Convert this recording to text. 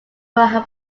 how